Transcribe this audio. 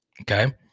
Okay